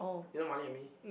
you know marley-and-me